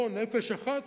או נפש אחת,